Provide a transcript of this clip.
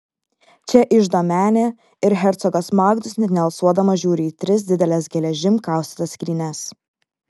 čia iždo menė ir hercogas magnus net nealsuodamas žiūri į tris dideles geležim kaustytas skrynias